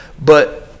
But-